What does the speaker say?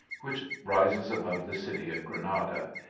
which rises above the city of granada,